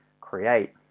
create